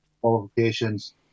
qualifications